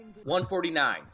149